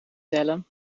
tellen